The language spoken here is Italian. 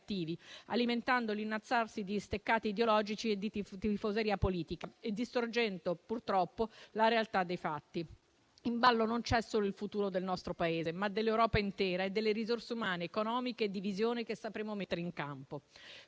alimentando l'innalzarsi di steccati ideologici e di tifoseria politica, distorcendo purtroppo la realtà dei fatti. In ballo non c'è solo il futuro del nostro Paese, ma c'è anche quello dell'Europa intera e delle risorse umane, economiche e di visione che sapremo mettere in campo.